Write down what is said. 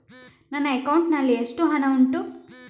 ನನ್ನ ಅಕೌಂಟ್ ನಲ್ಲಿ ಎಷ್ಟು ಹಣ ಉಂಟು?